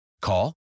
Call